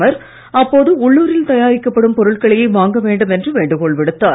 மோடி அப்போது உள்ளூரில் தயாரிக்கப்படும் பொருட்களையே வாங்க வேண்டும் என்று வேண்டுகோள் விடுத்தார்